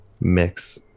mix